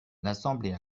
l’assemblée